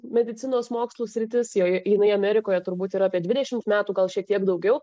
medicinos mokslų sritis joje jinai amerikoje turbūt yra apie dvidešimt metų gal šiek tiek daugiau